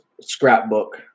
Scrapbook